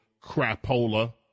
crapola